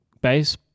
base